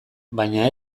baina